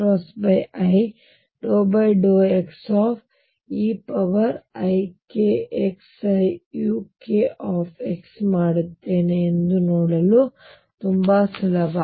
ನಾನುpkxi∂xeikxuk ಮಾಡುತ್ತೇನೆ ಎಂದು ನೋಡಲು ತುಂಬಾ ಸುಲಭ